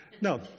No